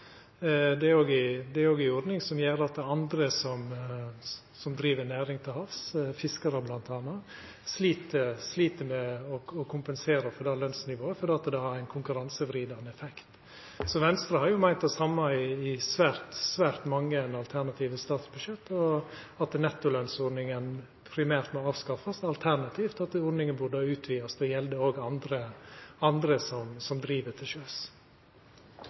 går med betydelege overskot. Det er òg ei ordning som gjer at andre som driv næring til havs – fiskarar m.a. – slit med å kompensera for det lønsnivået fordi det har ein konkurransevridande effekt. Venstre har meint det same i svært mange alternative statsbudsjett: at nettolønsordninga primært må avskaffast, alternativt at ordninga bør utvidast til å gjelda òg andre som driv til sjøs.